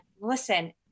listen